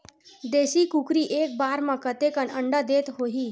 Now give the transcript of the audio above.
देशी कुकरी एक बार म कतेकन अंडा देत होही?